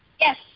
Yes